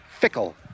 fickle